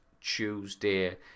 Tuesday